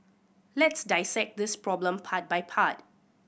let's dissect this problem part by part